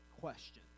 question